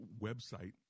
website